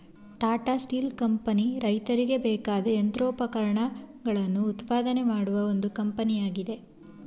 Tata steel company ರೈತರಿಗೆ ಬೇಕಾದ ಯಂತ್ರೋಪಕರಣಗಳನ್ನು ಉತ್ಪಾದನೆ ಮಾಡುವ ಒಂದು ಕಂಪನಿಯಾಗಿದೆ